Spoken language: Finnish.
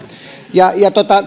ja